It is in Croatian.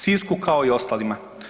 Sisku kao i ostalima.